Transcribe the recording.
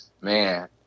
man